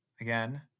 again